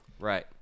Right